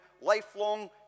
lifelong